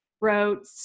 wrote